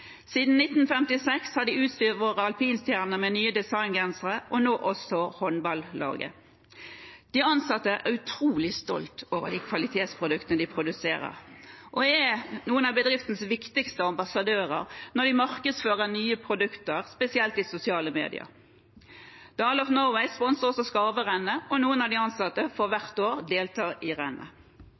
Siden 1956 har de utstyrt våre alpinstjerner med nye designgensere, og nå utstyrer de også håndballaget. De ansatte er utrolig stolte av kvalitetsproduktene de produserer, og er noen av bedriftens viktigste ambassadører når de markedsfører nye produkter, spesielt i sosiale medier. Dale of Norway sponser også Skarverennet, og noen av de ansatte får hvert år delta i